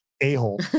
a-hole